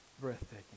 Breathtaking